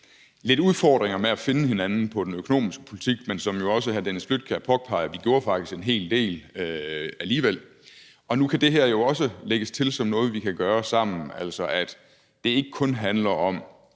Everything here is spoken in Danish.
lidt udfordringer med at finde hinanden på den økonomiske politik, men som hr. Dennis Flydtkjær også påpeger, gjorde vi faktisk en hel del alligevel. Og nu kan det her jo også lægges til som noget, som vi kan gøre sammen, altså at det ikke kun handler om